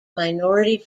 minority